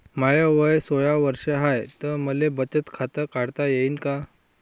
माय वय सोळा वर्ष हाय त मले बचत खात काढता येईन का?